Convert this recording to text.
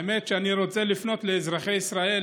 האמת היא שאני רוצה לפנות לאזרחי ישראל